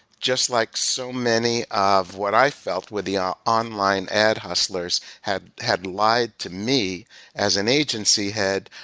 just like so many of what i've felt with the um online ad hustlers had had lied to me as an agency head,